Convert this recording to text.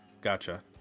Gotcha